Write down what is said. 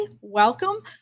welcome